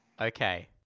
Okay